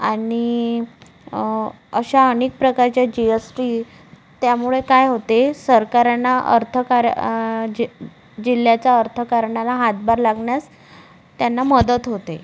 आणि अशा अनेक प्रकारच्या जी स टी त्यामुळे काय होते सरकारांना अर्थकारण जे जिल्ह्याचं अर्थकारणाला हातभार लागण्यास त्यांना मदत होते